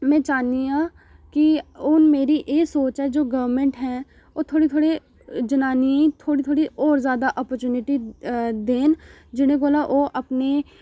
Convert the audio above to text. में चाह्न्नी आं कि हून जेह्ड़ी मेरी एह् सोच ऐ जेह्ड़ी गौरमैंट है ओह् थोह्ड़े थोह्ड़े जनानियें ई थोह्ड़ी थोह्ड़ी होर जैदा ओपरच्युनिटी देन जेह्दे कोला ओह् अपने